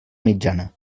mitjana